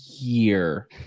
year